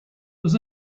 was